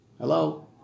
Hello